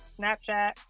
Snapchat